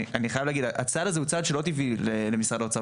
אני חייב להגיד שהצד הזה הוא צד שלא טבעי למשרד האוצר.